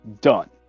Done